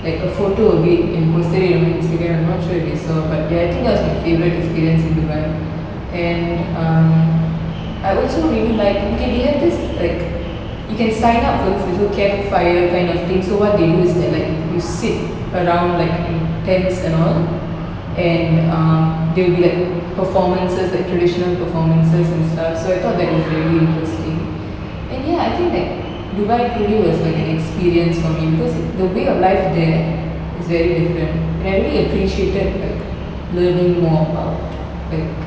like a photo of it and posted it on instagram I'm not sure if you saw but ya I think that was my favourite experience in dubai and um I also really liked okay they have this like you can sign up for this little campfire kind of thing so what they do is that like you sit around like in tents and all and um they will be like performances like traditional performances and stuff so I thought that was really interesting and ya I think like dubai truly was like an experience for me because it the way of life there is very different and I really appreciated like learning more about like